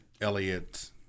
Elliott